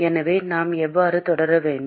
எனவே நாம் எவ்வாறு தொடர வேண்டும்